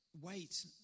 wait